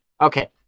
okay